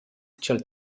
cha’l